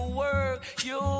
work.You